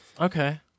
Okay